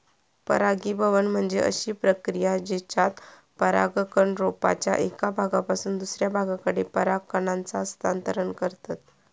परागीभवन म्हणजे अशी प्रक्रिया जेच्यात परागकण रोपाच्या एका भागापासून दुसऱ्या भागाकडे पराग कणांचा हस्तांतरण करतत